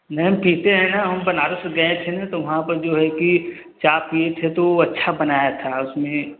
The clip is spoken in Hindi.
नहीं हम पीते हैं हम बनारस गए थे तो वहाँ पर भी वो है कि चाय पीए थे तो वो अच्छा बनाया था उसमें